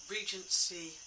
Regency